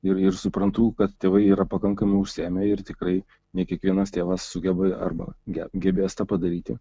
ir ir suprantu kad tėvai yra pakankamai užsiėmę ir tikrai ne kiekvienas tėvas sugeba arba ge gebės tą padaryti